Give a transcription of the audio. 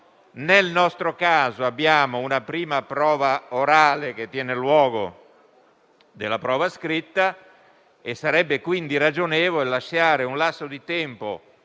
Nel nostro caso, abbiamo una prima prova orale che tiene luogo di quella scritta. Sarebbe quindi ragionevole lasciare un lasso di tempo